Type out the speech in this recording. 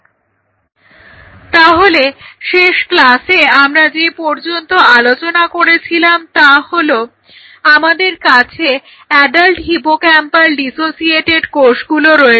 Refer Slide Time 1222 তাহলে শেষ ক্লাসে আমরা যে পর্যন্ত আলোচনা করেছিলাম তা হলো আমাদের কাছে অ্যাডাল্ট হিপোক্যাম্পাল ডিসোসিয়েটেড কোষগুলো আছে